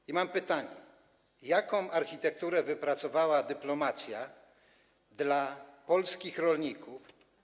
I mam pytanie: Jaką architekturę wypracowała dyplomacja dla polskich rolników?